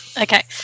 okay